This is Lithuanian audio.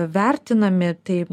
vertinami tai